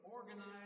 Organized